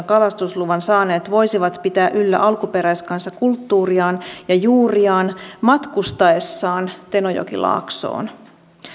kalastusluvan saaneet voisivat pitää yllä alkuperäiskansakulttuuriaan ja juuriaan matkustaessaan tenojokilaaksoon